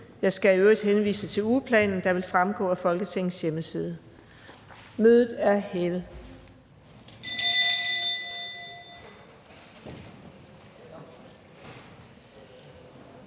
Jeg skal i øvrigt henvise til ugeplanen, der vil fremgå af Folketingets hjemmeside. Mødet er hævet.